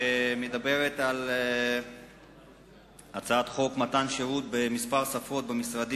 שמדברת על מתן שירות בכמה שפות במשרדים